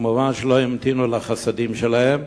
כמובן, הם לא המתינו לחסדים שלהם